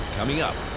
coming up.